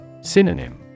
Synonym